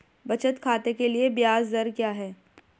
बचत खाते के लिए ब्याज दर क्या है?